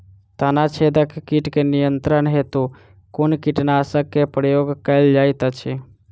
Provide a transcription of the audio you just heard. तना छेदक कीट केँ नियंत्रण हेतु कुन कीटनासक केँ प्रयोग कैल जाइत अछि?